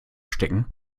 stecken